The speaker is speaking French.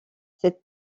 cette